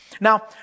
Now